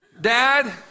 Dad